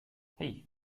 hey